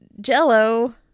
jello